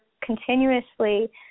continuously